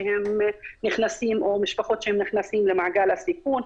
שהם נכנסים או משפחות שהן נכנסות למעגל הסיכון,